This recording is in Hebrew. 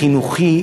חינוכי,